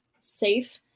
safe